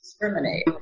discriminate